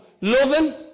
loving